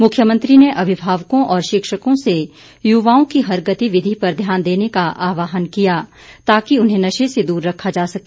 मुख्यमंत्री ने अभिभावकों और शिक्षकों से युवाओं की हर गतिविधि पर ध्यान देने का आहवान किया ताकि उन्हें नशे से दूर रखा जा सके